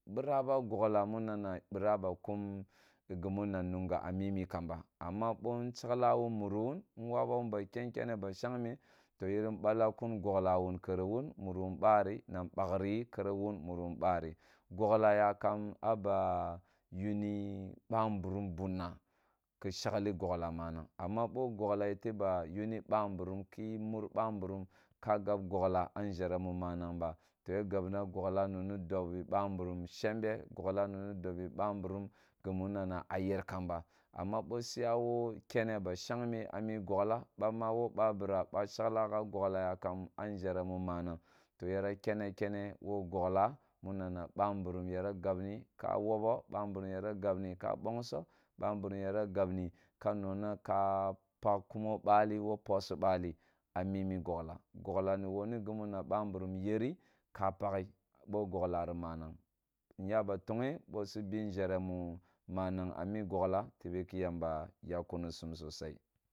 Bira ba gogla muna na bira ba kum kimu na nungu a me kamba mma bo nshagla wun muri wun nwaba wun aba ken kene ba shagme to yerin balle kun gogla wun kere wun muru wun bari na nbagri yi kere wun muri wun bari. Gogla yakam a ba yunui banwurum bunna kishaghi gogla manang amma bo gogla yeteba yun ba mburum ke mur ba mburum ka ga gogla a nʒhere ma manang ba to ya gaban gogla noni dobi bamburum ni shembe gogla noni ddebbi ba mbrurm gimun na na a yer kamba ammaa bo si yawo kene ba shagme a ni bam ma wo ba bira ba shagla gogla ya kam a nzheremu manang toh yara ke na kene wo gogla mu na na bamburum yera gabani ka wogho bamburum yara gabni ka bongso bamburum yara gabni nongna ka pakh kumo bali wo posi bah amimi bogla gogla ni wani gemu na ba mburum yeri wani gimu na ba mbururm yeri ka pakhi bo gogla ri manag nyaba toghe bosi be nghere mu manang a mu gogla tobe ki yamba yakh kunisum sosai.